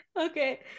okay